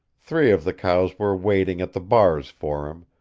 three of the cows were waiting at the bars for him,